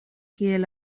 kiel